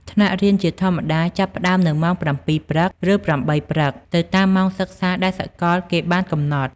ថ្នាក់រៀនជាធម្មតាចាប់ផ្ដើមនៅម៉ោង ៧ ព្រឹក ឬ ៨ ព្រឹក ទៅតាមម៉ោងសិក្សាដែលសកលដែលគេបានកំណត់។